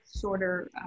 shorter